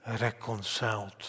reconciled